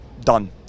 done